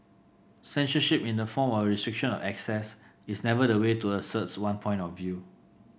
censorship in the form of a restriction of access is never the way to asserts one point of view